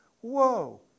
whoa